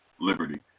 liberty